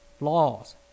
laws